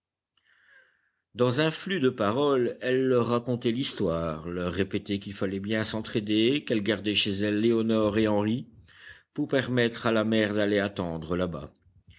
dans un flux de paroles elle leur racontait l'histoire leur répétait qu'il fallait bien s'entraider qu'elle gardait chez elle lénore et henri pour permettre à la mère d'aller attendre là-bas